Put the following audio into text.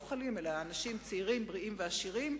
לא חולים, אלא אנשים צעירים, בריאים ועשירים.